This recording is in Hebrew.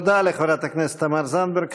תודה לחברת הכנסת תמר זנדברג.